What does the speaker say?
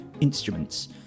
instruments